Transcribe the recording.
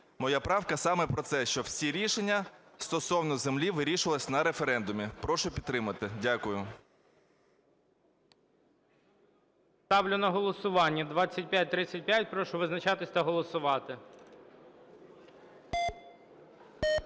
Моя правка саме про це, що всі рішення стосовно землі вирішувалися на референдумі. Прошу підтримати. Дякую. ГОЛОВУЮЧИЙ. Ставлю на голосування 2535. Прошу визначатись та голосувати.